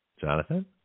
Jonathan